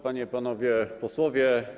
Panie i Panowie Posłowie!